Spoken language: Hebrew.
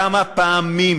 כמה פעמים